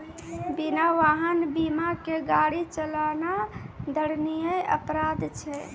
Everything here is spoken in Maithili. बिना वाहन बीमा के गाड़ी चलाना दंडनीय अपराध छै